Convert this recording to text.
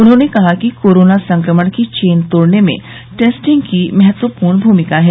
उन्होंने कहा कि कोरोना संक्रमण की चेन तोड़ने में टेस्टिंग की महत्वपूर्ण भूमिका है